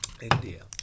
India